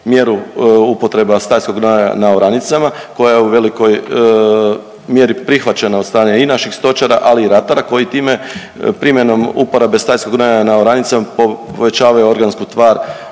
mjeru upotreba stajskog gnojiva na oranicama koja je u velikoj mjeri prihvaćena od strane i naših stočara, ali i ratara koji time primjenom uporabe stajskog gnojiva na oranicama povećavaju organsku tvar